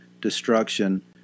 destruction